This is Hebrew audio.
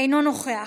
אינו נוכח.